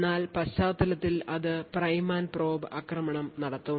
എന്നാൽ പശ്ചാത്തലത്തിൽ അത് പ്രൈം ആൻഡ് പ്രോബ് ആക്രമണം നടത്തും